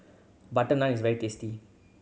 butter naan is very tasty